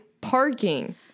parking